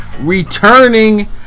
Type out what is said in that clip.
returning